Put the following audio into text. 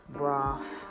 broth